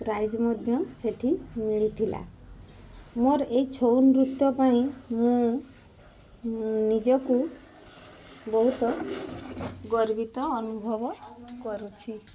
prize ମଧ୍ୟ ସେଇଠି ମିଳିଥିଲା ମୋର ଏହି ଛଉ ନୃତ୍ୟ ପାଇଁ ମୁଁ ନିଜକୁ ବହୁତ ଗର୍ବିତ ଅନୁଭବ କରୁଛି